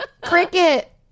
Cricket